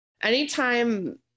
anytime